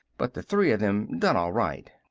but the three of them done all right.